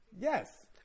Yes